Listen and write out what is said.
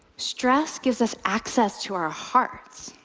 stress gives us access to our hearts.